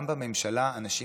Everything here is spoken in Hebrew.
גם בממשלה אנשים